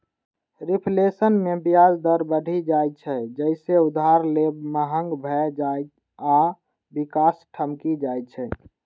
reflation मे ब्याज दर बढ़ि जाइ छै, जइसे उधार लेब महग भए जाइ आ विकास ठमकि जाइ छै